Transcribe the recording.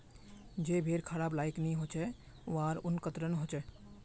जे भेड़ खबार लायक नई ह छेक वहार ऊन कतरन ह छेक